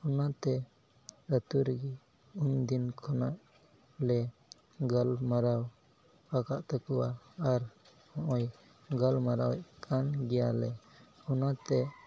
ᱚᱱᱟᱛᱮ ᱟᱹᱛᱩ ᱨᱮᱜᱮ ᱩᱱᱫᱤᱱ ᱠᱷᱚᱱᱟᱜᱼᱞᱮ ᱜᱟᱞᱢᱟᱨᱟᱣ ᱟᱠᱟᱫ ᱛᱟᱠᱚᱣᱟ ᱟᱨ ᱱᱚᱜᱼᱚᱭ ᱜᱟᱞᱢᱟᱨᱟᱣᱮᱫ ᱠᱟᱱ ᱜᱮᱭᱟᱞᱮ ᱚᱱᱟᱛᱮ